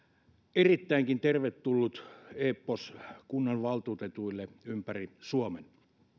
erittäinkin tervetullut eepos kunnanvaltuutetuille ympäri suomen